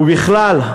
ובכלל,